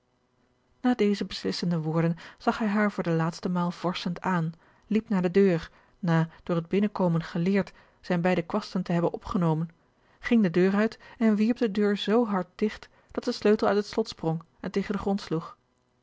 na deze beslissende woorden zag hij haar voor de laatste maal vorschend aan liep naar de deur na door het binnenkomen geleerd zijne beide kwasten te hebben opgenomen ging de kamer uit en wierp de deur zoo hard digt dat de sleutel uit het slot sprong en tegen den grond sloeg